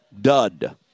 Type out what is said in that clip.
dud